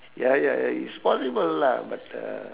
ya ya ya it's possible lah but uh